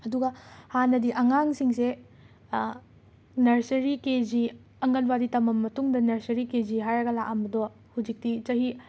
ꯑꯗꯨꯒ ꯍꯥꯟꯅꯗꯤ ꯑꯉꯥꯡꯁꯤꯡꯁꯦ ꯅꯔꯁꯔꯤ ꯀꯦ ꯖꯤ ꯑꯪꯒꯟꯋꯥꯗꯤ ꯇꯝꯃꯕ ꯃꯇꯨꯡꯗ ꯅꯔꯁꯔꯤ ꯀꯦ ꯖꯤ ꯍꯥꯏꯔꯒ ꯂꯥꯛꯑꯝꯕꯗꯣ ꯍꯧꯖꯤꯛꯇꯤ ꯆꯍꯤ